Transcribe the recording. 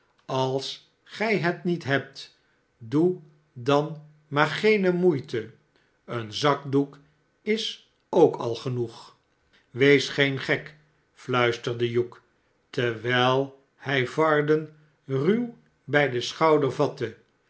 als gij het niet hebt doe dan maar geene moeite een zakdoek is ook al goed wees geen gek fluisterde hugh terwijl hij varden ruw bij den schouder